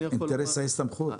אינטרס ההסתמכות.